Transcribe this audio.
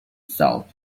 salt